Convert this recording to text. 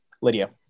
Lydia